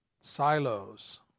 silos